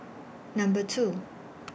Number two